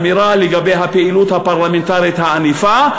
אמירה לגבי הפעילות הפרלמנטרית הענפה,